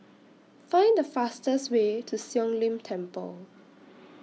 Find The fastest Way to Siong Lim Temple